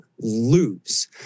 lose